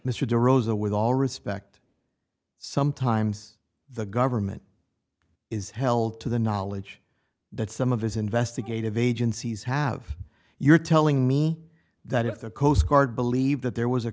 mr de rosa with all respect sometimes the government is held to the knowledge that some of his investigative agencies have you're telling me that if the coast guard believed that there was a